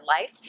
life